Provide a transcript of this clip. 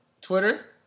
Twitter